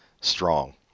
strong